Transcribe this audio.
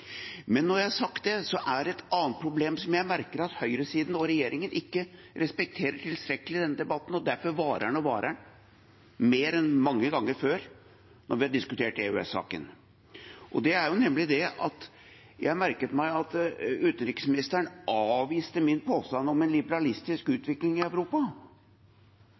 Men når jeg har sagt det, er det et annet problem som jeg merker at høyresiden og regjeringen ikke respekterer tilstrekkelig i denne debatten, og derfor varer og varer den lenger enn mange ganger før når vi har diskutert EØS-saken. Jeg merket meg at utenriksministeren avviste min påstand om en liberalistisk utvikling i Europa,